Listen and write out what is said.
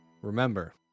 remember